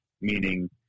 meaning